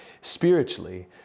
spiritually